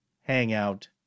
hangout